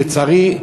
לצערי,